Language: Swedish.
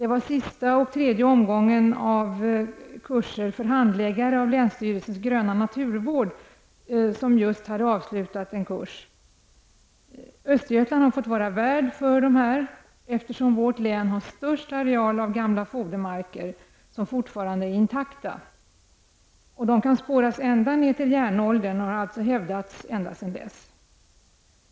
Sista och tredje omgången av en kurs för handläggare av länsstyrelsernas gröna naturvård har just avslutats. Östergötland har fått vara värd för samtliga kurser, eftersom vårt län har störst areal av gamla fodermarker som fortfarande är intakta. De kan spåras ända ner till järnåldern och har alltså hävdats sedan dess.